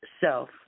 self